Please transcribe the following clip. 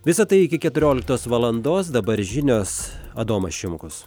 visa tai iki keturioliktos valandos dabar žinios adomas šimkus